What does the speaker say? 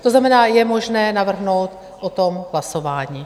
To znamená, je možné navrhnout o tom hlasování.